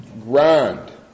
grind